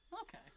Okay